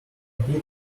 peat